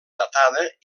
datada